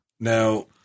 Now